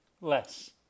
Less